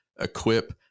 equip